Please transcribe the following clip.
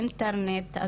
אין אינטרנט,